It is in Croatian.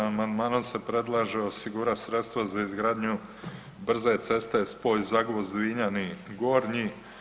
Amandmanom se predlaže osigurati sredstva za izgradnju brze ceste spoj Zagvozd-Vinjani Gornji.